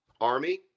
Army